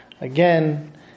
again